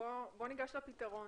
ניגש לפתרון.